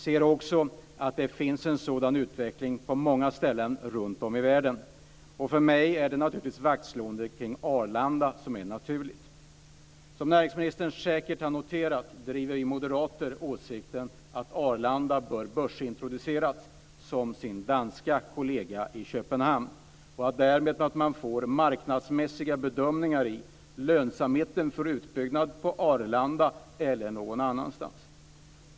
Det finns också en motsvarande utveckling på många ställen runtom i världen. För mig är ett vaktslående om Arlanda naturligt. Som näringsministern säkert har noterat driver vi moderater åsikten att Arlanda liksom sin danska motsvarighet i Köpenhamn bör börsintroduceras. Därigenom får man marknadsmässiga bedömningar av lönsamheten när det gäller en utbyggnad av Arlanda och av andra alternativ.